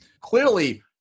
clearly